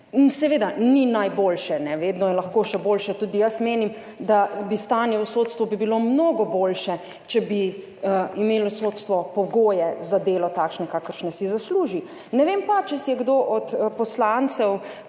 Seveda ni najboljše, vedno je lahko še boljše, tudi jaz menim, da bi bilo stanje v sodstvu mnogo boljše, če bi imelo sodstvo takšne pogoje za delo, kakršne si zasluži. Ne vem pa, če si je kdo od poslancev